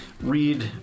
read